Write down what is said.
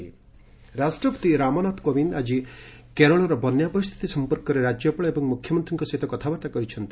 president Kerala ରାଷ୍ଟ୍ରପତି ରାମନାଥ କୋବିନ୍ଦ ଆଜି କେରଳର ବନ୍ୟା ପରିସ୍ତିତି ସଂପର୍କରେ ରାଜ୍ୟପାଳ ଏବଂ ମୁଖ୍ୟମନ୍ତ୍ରୀଙ୍କ ସହ କଥାବାର୍ତ୍ତା କରିଛନ୍ତି